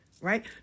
right